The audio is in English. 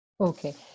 Okay